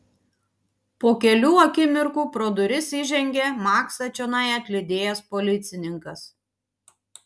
po kelių akimirkų pro duris įžengė maksą čionai atlydėjęs policininkas